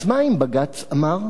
אז מה אם בג"ץ אמר?